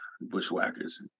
Bushwhackers